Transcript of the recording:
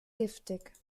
giftig